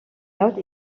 notes